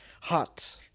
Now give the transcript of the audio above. Hot